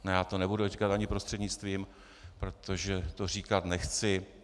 Ne, já to nebudu říkat ani prostřednictvím, protože to říkat nechci.